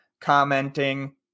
commenting